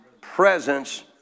presence